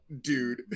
dude